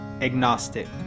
Agnostic